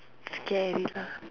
scary lah